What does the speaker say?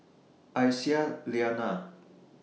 Aisyah Lyana